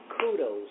kudos